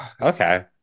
Okay